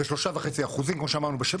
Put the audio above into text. זה 3.5%, כמו שאמרנו.